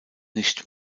nicht